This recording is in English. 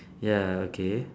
ya okay